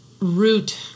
root